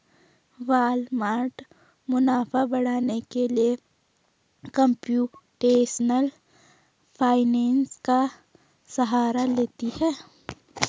Walmart मुनाफा बढ़ाने के लिए कंप्यूटेशनल फाइनेंस का सहारा लेती है